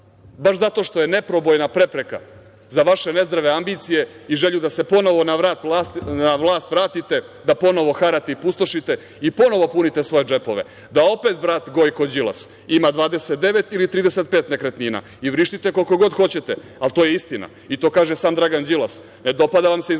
baš zato što je neprobojna prepreka za vaše nezdrave ambicije i želju da se ponovo na vlast vratite, da ponovo harate i pustošite i ponovo punite svoje džepove, da opet brat Gojko Đilas ima 29 ili 35 nekretnina i vrištite koliko god hoćete, ali to je istina i to kaže sam Dragan Đilas. Ne dopada vam se iz naših